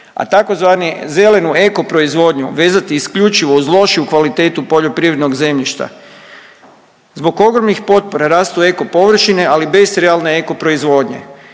a tzv. zelenu ekoproizvodnju vezati isključivo uz lošiju kvalitetu poljoprivrednog zemljišta. Zbog ogromnih potpora rastu ekopovršine, ali bez realne ekoproizvodnje.